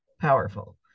powerful